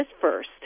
first